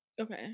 Okay